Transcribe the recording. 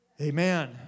Amen